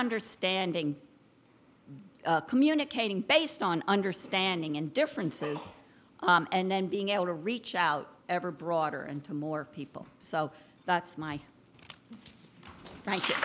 understanding communicating based on understanding and differences and then being able to reach out ever broader and to more people so that's my thank you